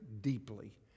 deeply